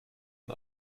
den